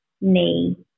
knee